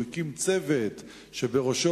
הוא מכיר אותך כאחד שרושם